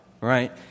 right